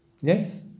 Yes